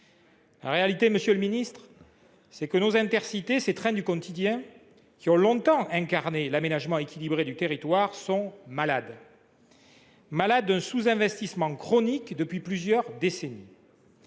La réalité, monsieur le ministre, c’est que nos Intercités, ces trains du quotidien qui ont longtemps incarné l’aménagement équilibré du territoire, sont malades. Ils souffrent d’un sous investissement chronique depuis plusieurs décennies.